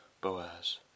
Boaz